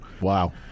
Wow